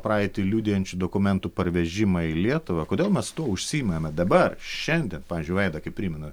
praeitį liudijančių dokumentų parvežimą į lietuvą kodėl mes tuo užsiimame dabar šiandien pavyzdžiui vaida kaip primena